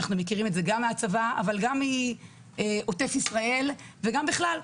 אנחנו מכירים את זה גם מהצבא אבל גם מעוטף ישראל וגם בכלל,